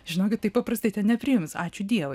žinokit taip paprastai nepriims ačiū dievui